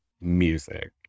music